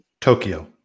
Tokyo